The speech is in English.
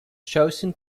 chosen